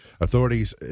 Authorities